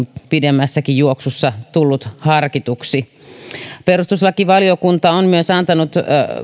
pidemmässäkin juoksussa tullut harkituksi perustuslakivaliokunta on myös antanut